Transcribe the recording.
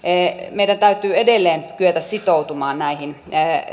meidän täytyy edelleen kyetä sitoutumaan näihin